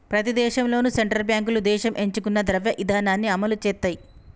ప్రతి దేశంలోనూ సెంట్రల్ బ్యాంకులు దేశం ఎంచుకున్న ద్రవ్య ఇధానాన్ని అమలు చేత్తయ్